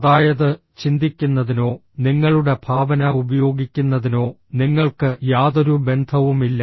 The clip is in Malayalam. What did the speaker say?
അതായത് ചിന്തിക്കുന്നതിനോ നിങ്ങളുടെ ഭാവന ഉപയോഗിക്കുന്നതിനോ നിങ്ങൾക്ക് യാതൊരു ബന്ധവുമില്ല